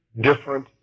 different